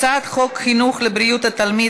הצעת חוק חינוך לבריאות התלמיד,